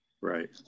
Right